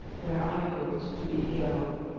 where i hoped to be ere long.